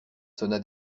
sonna